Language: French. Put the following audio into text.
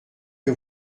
que